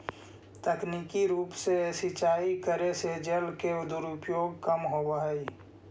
तकनीकी रूप से सिंचाई करे से जल के दुरुपयोग कम होवऽ हइ